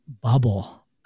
bubble